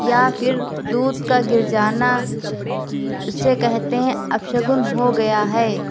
یا پھر دودھ کا گر جانا اسے کہتے ہیں اپشگن ہو گیا ہے